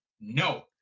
No